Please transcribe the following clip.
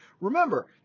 Remember